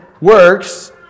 works